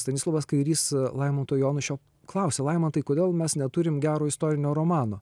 stanislovas kairys laimanto jonušio klausia laimantai kodėl mes neturim gero istorinio romano